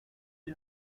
die